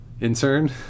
intern